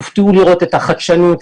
תופתעו לראות את החדשנות,